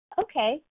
Okay